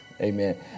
amen